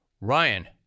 Ryan